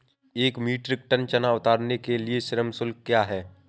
एक metric tonne चना उतारने के लिए श्रम शुल्क क्या है?